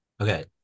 Okay